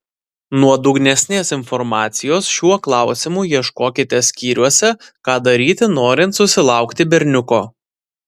nuodugnesnės informacijos šiuo klausimu ieškokite skyriuose ką daryti norint susilaukti berniuko